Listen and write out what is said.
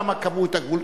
שם קבעו את הגבול,